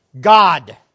God